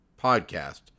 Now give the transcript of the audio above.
Podcast